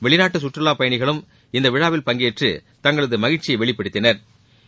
வெளிநாட்டு கற்றுலா பயணிகளும் இவ்விழாவில் பங்கேற்று தங்களது மகிழ்ச்சியை வெளிப்படுத்தினா்